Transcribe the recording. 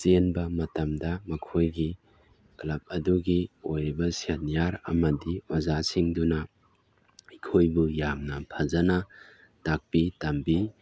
ꯆꯦꯟꯕ ꯃꯇꯝꯗ ꯃꯈꯣꯏꯒꯤ ꯀ꯭ꯂꯕ ꯑꯗꯨꯒꯤ ꯑꯣꯏꯔꯤꯕ ꯁꯦꯅꯤꯌꯥꯔ ꯑꯃꯗꯤ ꯑꯣꯖꯥꯁꯤꯡ ꯑꯗꯨꯅ ꯑꯩꯈꯣꯏꯕꯨ ꯌꯥꯝ ꯐꯖꯅ ꯇꯥꯛꯄꯤ ꯇꯝꯕꯤ